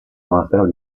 monastero